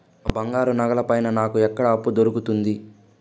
నా బంగారు నగల పైన నాకు ఎక్కడ అప్పు దొరుకుతుంది